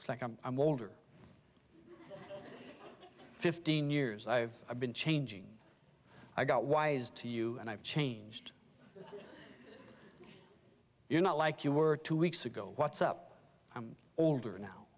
it's like i'm i'm older fifteen years i've been changing i got wise to you and i've changed you're not like you were two weeks ago what's up i'm older now